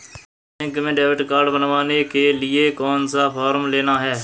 Bank में debit card बनवाने के लिए कौन सा फॉर्म लेना है?